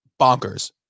bonkers